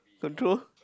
control